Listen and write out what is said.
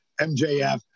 MJF